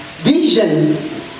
vision